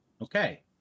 Okay